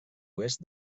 oest